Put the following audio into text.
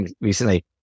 recently